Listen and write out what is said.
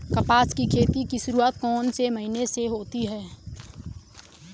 कपास की खेती की शुरुआत कौन से महीने से होती है?